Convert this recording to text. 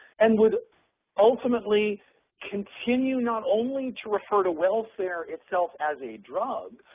and would ultimately continue not only to refer to welfare itself as a drug,